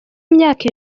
w’imyaka